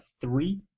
Three